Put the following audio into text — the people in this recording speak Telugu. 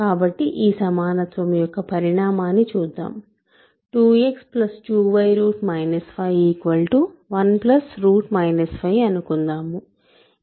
కాబట్టి ఈ సమానత్వం యొక్క పరిణామాన్ని చూద్దాం 2x 2y 5 1 5 అనుకుందాము